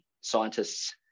scientists